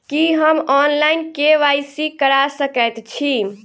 की हम online, KYC करा सकैत छी?